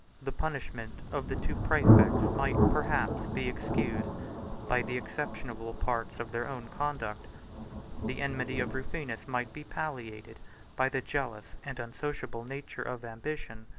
the punishment of the two praefects might, perhaps, be excused by the exceptionable parts of their own conduct the enmity of rufinus might be palliated by the jealous and unsociable nature of ambition.